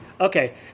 Okay